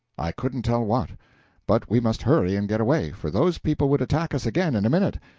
i couldn't tell what but we must hurry and get away, for those people would attack us again, in a minute.